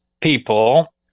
people